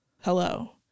hello